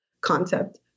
concept